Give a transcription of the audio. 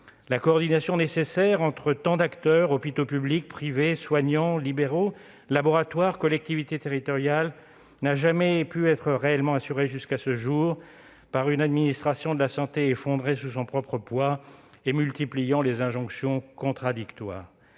La coordination nécessaire entre tant d'acteurs, à savoir hôpitaux publics, privés, soignants libéraux, laboratoires et collectivités territoriales, n'a jamais pu être réellement assurée jusqu'à ce jour par une administration de la santé effondrée sous son propre poids et multipliant les injonctions contradictoires.